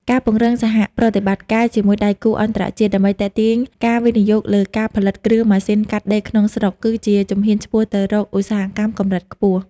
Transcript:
ការពង្រឹងសហប្រតិបត្តិការជាមួយដៃគូអន្តរជាតិ ដើម្បីទាក់ទាញការវិនិយោគលើការផលិតគ្រឿងម៉ាស៊ីនកាត់ដេរក្នុងស្រុក គឺជាជំហានឆ្ពោះទៅរកឧស្សាហកម្មកម្រិតខ្ពស់។